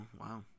wow